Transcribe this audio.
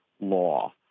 law